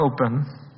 open